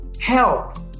help